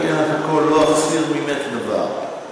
אני אתן לך הכול, לא אחסיר ממך דבר.